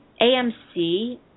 AMC